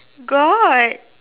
got